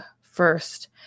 first